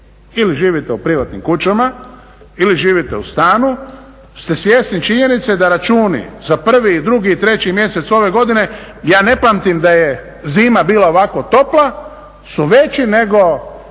ili živite u privatnim kućama ili živite u stanu ste svjesni činjenice da računi za prvi i drugi i treći mjesec ove godine, ja ne pamtim da je zima bila ovako topla, su veći nego